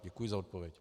Děkuji za odpověď.